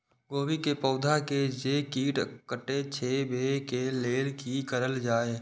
गोभी के पौधा के जे कीट कटे छे वे के लेल की करल जाय?